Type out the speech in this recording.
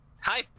Hi